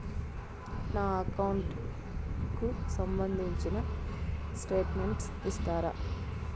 నా అకౌంట్ కు సంబంధించిన స్టేట్మెంట్స్ ఇస్తారా